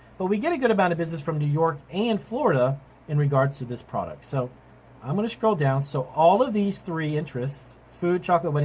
but we get a good amount of business from new york and florida in regards to this product. so i'm gonna scroll down. so all of these three interest, food, chocolate, but